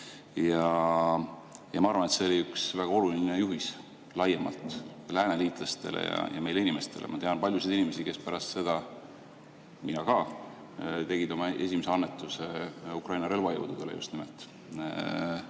Ma arvan, et see oli üks väga oluline juhis laiemalt lääneliitlastele ja ka meie inimestele. Ma tean paljusid inimesi, kes pärast seda nagu minagi tegid oma esimese annetuse Ukraina relvajõududele just nimelt.